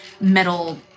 metal